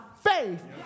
faith